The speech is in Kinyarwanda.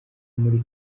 muri